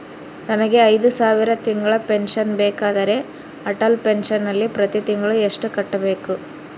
ನನಗೆ ಐದು ಸಾವಿರ ತಿಂಗಳ ಪೆನ್ಶನ್ ಬೇಕಾದರೆ ಅಟಲ್ ಪೆನ್ಶನ್ ನಲ್ಲಿ ಪ್ರತಿ ತಿಂಗಳು ಎಷ್ಟು ಕಟ್ಟಬೇಕು?